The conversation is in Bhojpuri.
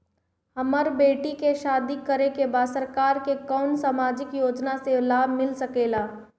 हमर बेटी के शादी करे के बा सरकार के कवन सामाजिक योजना से लाभ मिल सके ला?